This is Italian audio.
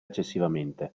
eccessivamente